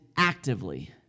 Actively